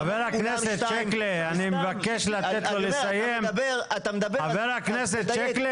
--- כשאתה מדבר אז תדייק.